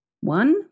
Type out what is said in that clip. One